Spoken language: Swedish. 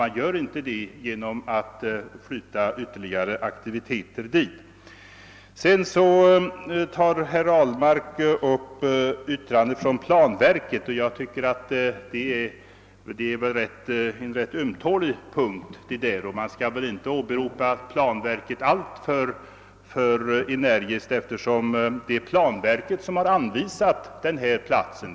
Man gör inte det genom att flytta ytterligare aktiviteter till storstäderna. Sedan tar herr Ahlmark upp planverkets yttrande. Det är väl en rätt ömtålig punkt. Man skall nog inte åberopa planverket alltför energiskt, eftersom det är planverket som har anvisat den här platsen.